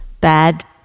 bad